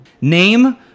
name